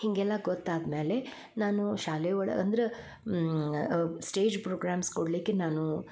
ಹೀಗೆಲ್ಲ ಗೊತ್ತಾದ್ಮ್ಯಾಲೆ ನಾನು ಶಾಲೆ ಒಳ ಅಂದರೆ ಸ್ಟೇಜ್ ಪ್ರೋಗ್ರಾಮ್ಸ್ ಕೊಡಲಿಕ್ಕೆ ನಾನು